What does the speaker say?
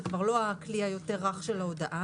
זה כבר לא הכלי היותר רך של ההודעה.